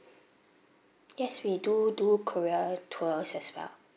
yes we do do korea tours as well